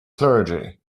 clergy